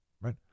right